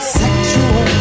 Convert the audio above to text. sexual